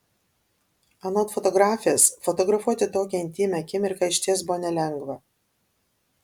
anot fotografės fotografuoti tokią intymią akimirką išties buvo nelengva